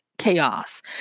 chaos